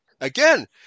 Again